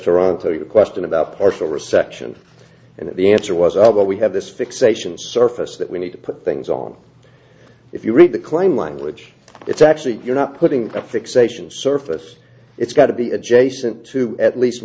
toronto your question about partial reception and the answer was i but we have this fixation surface that we need to put things on if you read the claim language it's actually you're not putting a fixation surface it's got to be adjacent to at least